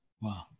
Wow